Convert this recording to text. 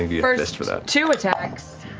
first two attacks.